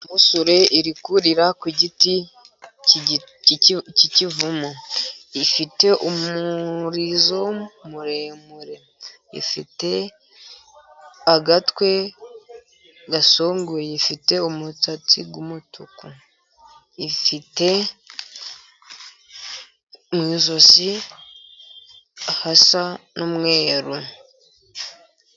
Inyoni y'umusure iri kurira ku giti cy' ikivumu, ifite umurizo muremure, ifite agatwe gasongoye, ifite umusatsi w'umutuku, ifite mu ijosi hasa n'umweru.